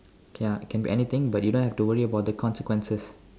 K ah it can be anything but you don't have to worry about the consequences